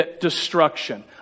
destruction